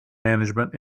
management